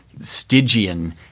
Stygian